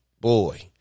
boy